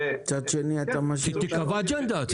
שתיקבע אג'נדה.